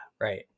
Right